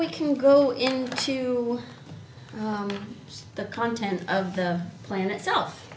we can go into the content of the plan itself